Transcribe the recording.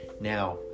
Now